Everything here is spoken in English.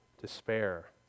despair